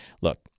Look